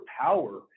power